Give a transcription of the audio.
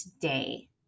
today